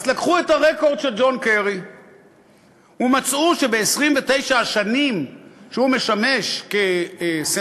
אז לקחו את הרקורד של ג'ון קרי ומצאו שב-29 השנים שהוא משמש כסנטור,